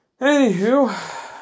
anywho